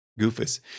Goofus